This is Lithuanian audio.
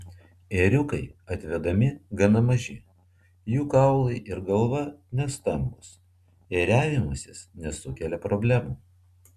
ėriukai atvedami gana maži jų kaulai ir galva nestambūs ėriavimasis nesukelia problemų